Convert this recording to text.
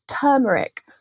turmeric